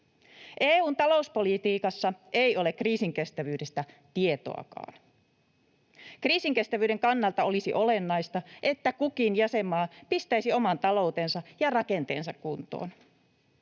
EU:n talouspolitiikassa ei ole kriisinkestävyydestä tietoakaan. Kriisinkestävyyden kannalta olisi olennaista, että kukin jäsenmaa pistäisi oman taloutensa ja rakenteensa kuntoon.